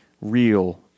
real